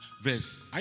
verse